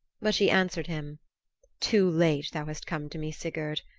but she answered him too late thou hast come to me, sigurd.